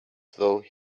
though